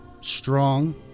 strong